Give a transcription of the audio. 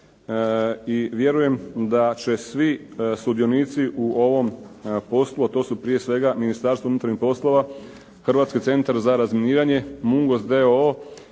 i vjerujem da će svi sudionici u ovom poslu, a to su prije svega Ministarstvo unutarnjih poslova, Hrvatski centar za razminiranje, "Mungos"